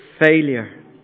failure